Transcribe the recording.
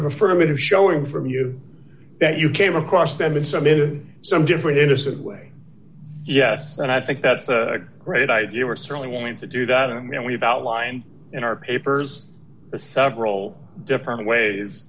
of affirmative showing from you that you came across them in some in some different innocent way yes and i think that's right i do you are certainly willing to do that and we've outlined in our papers several different ways